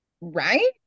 right